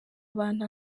abantu